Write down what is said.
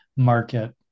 market